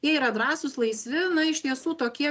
jie yra drąsūs laisvi na iš tiesų tokie